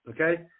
Okay